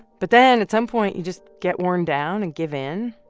but then at some point, you just get worn down and give in.